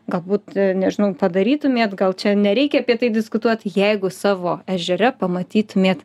galbūt nežinau padarytumėt gal čia nereikia apie tai diskutuot jeigu savo ežere pamatytumėt